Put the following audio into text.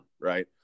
Right